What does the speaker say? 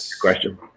question